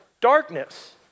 darkness